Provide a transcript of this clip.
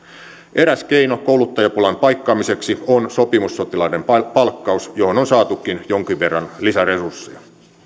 eräs keino kouluttajapulan paikkaamiseksi on sopimussotilaiden palkkaus johon on saatukin jonkin verran lisäresursseja